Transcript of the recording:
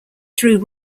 through